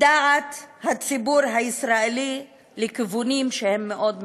דעת הציבור הישראלי לכיוונים שהם מאוד מסוכנים.